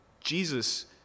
Jesus